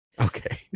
Okay